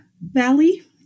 Valley